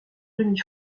demi